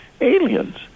aliens